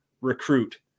recruit